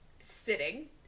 Sitting